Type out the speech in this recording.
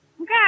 Okay